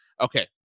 Okay